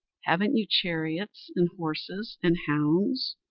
haven't you chariot and horses and hounds?